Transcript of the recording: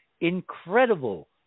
incredible